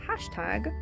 hashtag